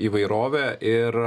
įvairovė ir